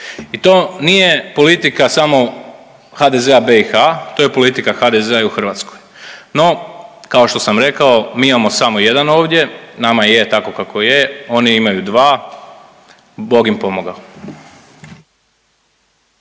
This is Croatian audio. I to nije politika samo HDZ-a BiH, to je politika HDZ-a i u Hrvatskoj. No kao što sam rekao mi imamo samo jedan ovdje, nama je tako kako je, oni imaju dva, Bog im pomogao.